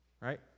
right